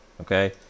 Okay